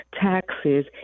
taxes